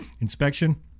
inspection